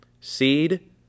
Seed